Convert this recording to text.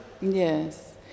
Yes